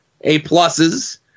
A-pluses